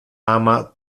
ama